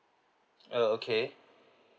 oh okay